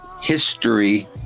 history